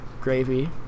gravy